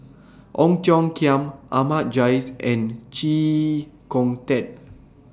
Ong Tiong Khiam Ahmad Jais and Chee Kong Tet